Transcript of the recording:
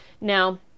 Now